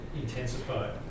intensify